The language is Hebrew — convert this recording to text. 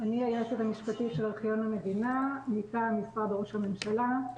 אני היועצת המשפטית של ארכיון המדינה מטעם משרד ראש הממשלה.